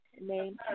name